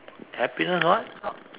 happiness what